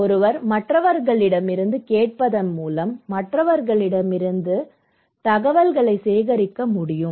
ஒருவர் மற்றவர்களிடமிருந்து கேட்பதன் மூலம் மற்றவர்களிடமிருந்து கேட்பதன் மூலம் தகவல்களைச் சேகரிக்க முடியும்